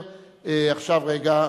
הצבעה,